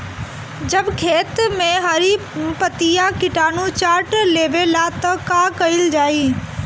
जब खेत मे हरी पतीया किटानु चाट लेवेला तऽ का कईल जाई?